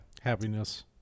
Happiness